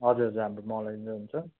हजुर जान्नु हुन्छ